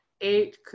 eight